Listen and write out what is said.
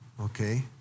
okay